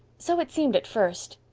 so it seemed at first.